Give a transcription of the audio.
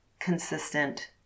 consistent